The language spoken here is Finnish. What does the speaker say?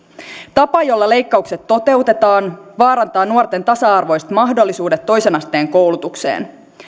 tapa jolla leikkaukset toteutetaan vaarantaa nuorten tasa arvoiset mahdollisuudet toisen asteen koulutukseen